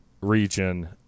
region